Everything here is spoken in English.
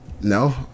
No